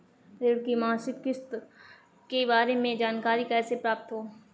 ऋण की मासिक किस्त के बारे में जानकारी कैसे प्राप्त करें?